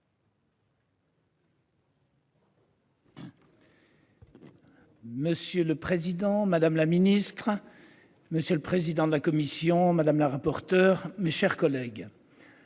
Monsieur le Président Madame la Ministre. Monsieur le président de la commission, madame la rapporteure, mes chers collègues.